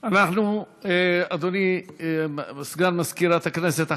הודעה לסגן מזכירת הכנסת.